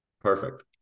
Perfect